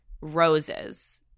roses